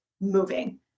moving